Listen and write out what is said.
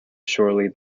shortly